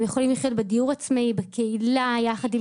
הם יכולים לחיות בדיור עצמאי בקהילה יחד עם